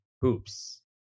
hoops